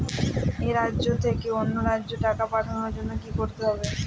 এক রাজ্য থেকে অন্য রাজ্যে টাকা পাঠানোর জন্য কী করতে হবে?